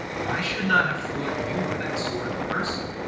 but i should not have thought you were that sort of person.